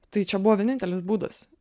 tai čia buvo vienintelis būdas